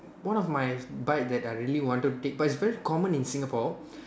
one of my bike that I really want to take but it's very common in Singapore